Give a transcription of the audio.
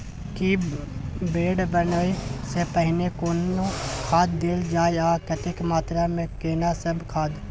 की bed बनबै सॅ पहिने कोनो खाद देल जाय आ कतेक मात्रा मे केना सब खाद?